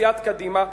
מסיעת קדימה,